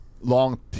long